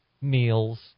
meals